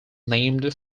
named